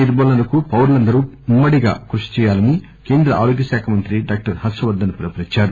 నిర్మూలనకు పౌరులందరూ ఉమ్మ డిగా కృషి చేయాలని కేంద్ర ఆరోగ్యశాఖ మంత్రి డాక్టర్ హర్షవర్దన్ పిలుపునిచ్చారు